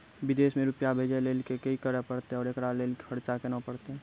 विदेश मे रुपिया भेजैय लेल कि करे परतै और एकरा लेल खर्च केना परतै?